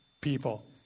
people